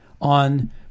on